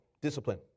discipline